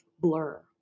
blur